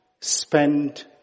spend